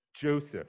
Joseph